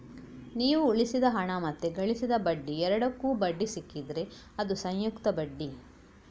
ನೀವು ಉಳಿಸಿದ ಹಣ ಮತ್ತೆ ಗಳಿಸಿದ ಬಡ್ಡಿ ಎರಡಕ್ಕೂ ಬಡ್ಡಿ ಸಿಕ್ಕಿದ್ರೆ ಅದು ಸಂಯುಕ್ತ ಬಡ್ಡಿ